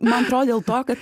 man atrodo dėl to kad